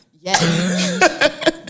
Yes